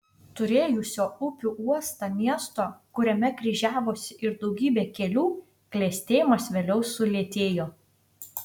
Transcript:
turėjusio upių uostą miesto kuriame kryžiavosi ir daugybė kelių klestėjimas vėliau sulėtėjo